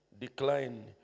decline